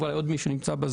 ואולי עוד מישהו ב-זום.